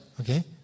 Okay